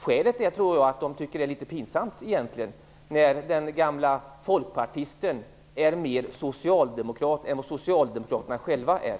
Skälet tror jag är att de tycker att det egentligen är litet pinsamt när den gamla folkpartisten är mer socialdemokrat än vad socialdemokraterna själva är.